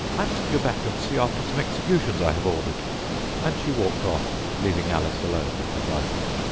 i must go back and see after some executions i have ordered' and she walked off, leaving alice alone with the gryphon.